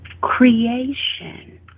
creation